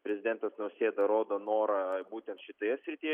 prezidentas nausėda rodo norą būtent šitoje srityje